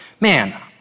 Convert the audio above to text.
Man